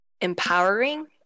empowering